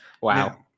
wow